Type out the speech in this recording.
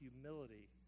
humility